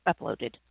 uploaded